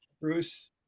Bruce